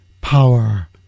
power